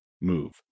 move